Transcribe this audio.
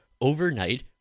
overnight